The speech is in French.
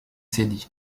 cédille